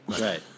Right